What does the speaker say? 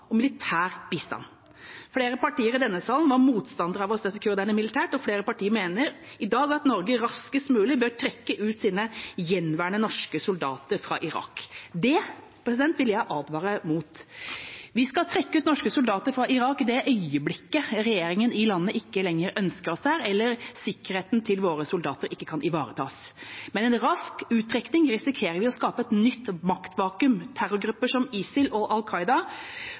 militær bistand. Flere partier i denne salen var motstandere av å støtte kurderne militært, og flere partier mener i dag at Norge raskest mulig bør trekke ut sine gjenværende norske soldater fra Irak. Det vil jeg advare mot. Vi skal trekke ut norske soldater fra Irak i det øyeblikket regjeringa i landet ikke lenger ønsker oss der, eller sikkerheten til våre soldater ikke kan ivaretas. Med en rask uttrekking risikerer vi å skape et nytt maktvakuum. Terrorgrupper som ISIL og